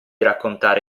raccontare